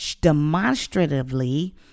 demonstratively